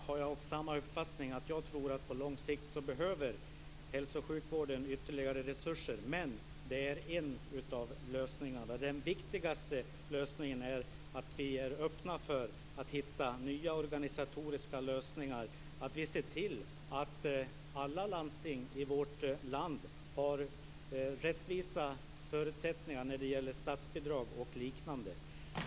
Fru talman! I den första delen har jag samma uppfattning. Jag tror att hälso och sjukvården på lång sikt behöver ytterligare resurser. Men det är en av lösningarna. Det viktigaste är att vi är öppna för att hitta nya organisatoriska lösningar och ser till att alla landsting i vårt land har rättvisa förutsättningar vad gäller statsbidrag o.d.